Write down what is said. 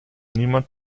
niemand